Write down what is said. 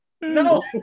No